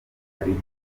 ariko